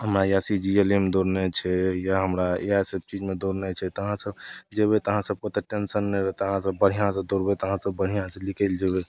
हमरा या C G L मे दौड़नाइ छै या हमरा इएह सबचीजमे दौड़नाइ छै तऽ अहाँसभ जएबै तऽ अहाँ सभकेँ ओतेक टेन्शन नहि रहत अहाँसभ बढ़िआँसे दौड़बै तऽ अहाँसभ बढ़िआँसे निकलि जएबै